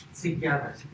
together